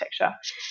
architecture